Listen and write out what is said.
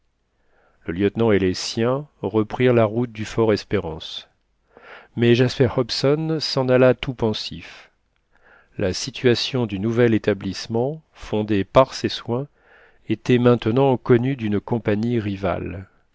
le lieutenant et les siens reprirent la route du fort espérance mais jasper hobson s'en alla tout pensif la situation du nouvel établissement fondé par ses soins était maintenant connue d'une compagnie rivale